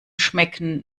schmecken